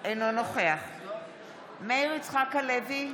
אינו נוכח מאיר יצחק הלוי,